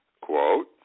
quote